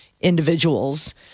individuals